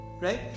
right